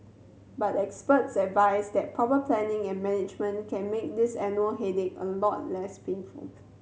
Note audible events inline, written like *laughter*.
but experts advise that proper planning and management can make this *unintelligible* headache a lot less painful